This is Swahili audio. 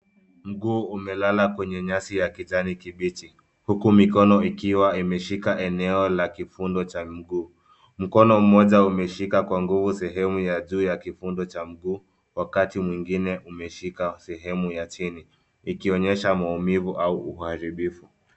Mguu umelala kwenye nyasi ya kijani kibichi, huku mikono ikiwa imeshika eneo la kifundo cha miguu. Mkono mmoja umeshika kwa nguvu sehemu ya juu ya kifundo cha mguu, wakati mwingine umeshika sehemu ya chini, ikionyesha maumivu au uharibifu.